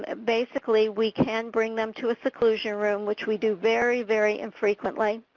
basically, we can bring them to a seclusion room which we do very, very infrequently,